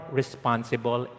responsible